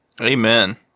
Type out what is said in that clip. Amen